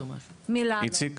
איציק.